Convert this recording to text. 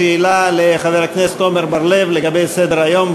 שאלה לחבר הכנסת עמר בר-לב לגבי סדר-היום.